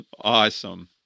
Awesome